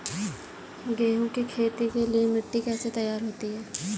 गेहूँ की खेती के लिए मिट्टी कैसे तैयार होती है?